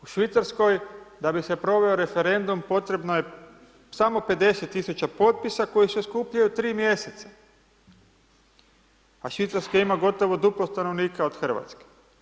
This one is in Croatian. U Švicarskoj da bi se proveo referendum, potrebno je samo 50.000 potpisa koji se skupljaju tri mjeseca, a Švicarska ima gotovo duplo stanovnika od Hrvatske.